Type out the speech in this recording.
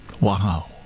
Wow